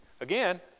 again